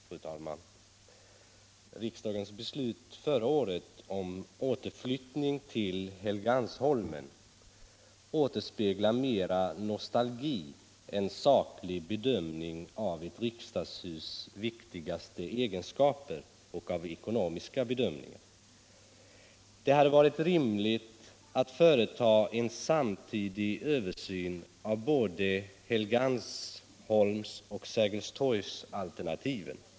Fru talman! Riksdagens beslut förra året om äterflyttning till Helgeandsholmen återspeglar mera nostalgi än saklig bedömning av ett riksdagshus viktigaste egenskaper och av ekonomiska bedömningar. Det hade varit rimligt att företa en samtidig översyn av både Helgeandsholmsoch Sergelstorgsalternativen.